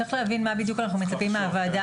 צריך להבין למה בדיוק אנחנו מצפים מהוועדה,